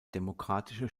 demokratische